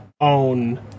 own